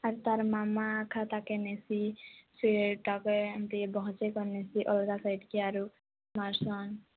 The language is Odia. ଆର ତାର ମାମା ଖାତା କେ ନେସି ସିଏ ତାକେ ଏମିତି ଆରୁ ମାରସନ